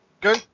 Go